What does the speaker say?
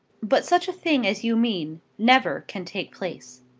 but such a thing as you mean never can take place.